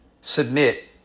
Submit